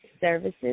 Services